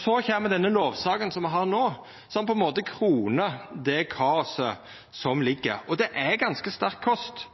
Så kjem denne lovsaka som me har no, som på ein måte kronar det kaoset som ligg. Det er ganske sterk kost